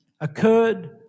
occurred